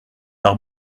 par